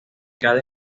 cada